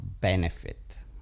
benefit